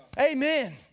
Amen